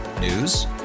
News